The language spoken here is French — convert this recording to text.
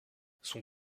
son